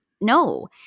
No